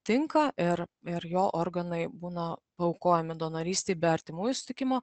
tinka ir ir jo organai būna paaukojami donorystei be artimųjų sutikimo